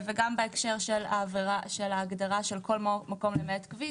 גם בהקשר של ההגדרה של כל מקום למעט כביש.